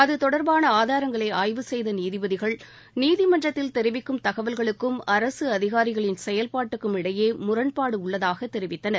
அது தொடர்பான ஆதாரங்களை ஆய்வு செய்த நீதிபதிகள் நீதிமன்றத்தில் தெரிவிக்கும் தகவல்களுக்கும் அரசு அதிகாரிகளின் செயல்பாட்டுக்கும் இடையே முரண்பாடு உள்ளதாகத் தெரிவித்தனர்